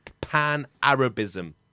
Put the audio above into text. pan-Arabism